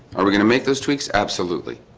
are we gonna make those tweaks? absolutely,